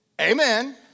Amen